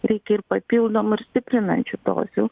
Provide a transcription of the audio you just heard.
reikia ir papildomų ir stiprinančių dozių